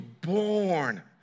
born